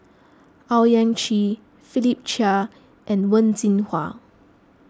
Owyang Chi Philip Chia and Wen Jinhua